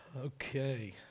Okay